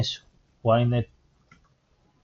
5 ביוני 2021 ==== הערות שוליים ==== הערות שוליים ==